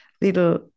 little